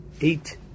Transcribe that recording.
eight